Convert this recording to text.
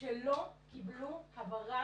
שלא קיבלו הבהרה